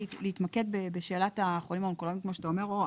להתמקד בשאלת החולים האונקולוגים כמו שאתה אומר ליאור,